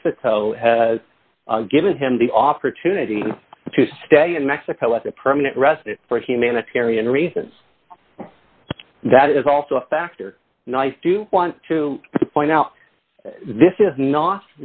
mexico given him the opportunity to stay in mexico as a permanent resident for humanitarian reasons that is also a factor nice do you want to point out